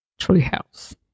treehouse